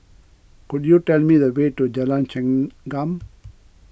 could you tell me the way to Jalan Chengam